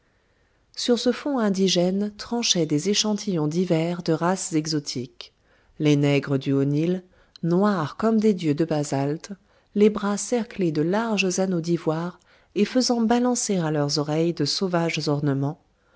sur ce fond indigène tranchaient des échantillons divers de races exotiques les nègres du haut nil noirs comme des dieux de basalte les bras cerclés de larges anneaux d'ivoire et faisant balancer à leurs oreilles de sauvages ornements